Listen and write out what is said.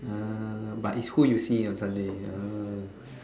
uh but is who you see on Sunday ah